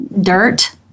dirt